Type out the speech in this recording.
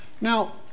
Now